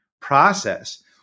process